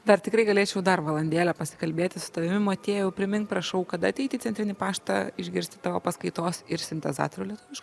dar tikrai galėčiau dar valandėlę pasikalbėti su tavimi motiejau primink prašau kada ateiti į centrinį paštą išgirsti tavo paskaitos ir sintezatorių lietuviškų